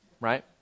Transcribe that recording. Right